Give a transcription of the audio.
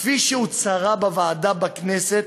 כפי שהוצהרה בוועדה בכנסת,